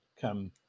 come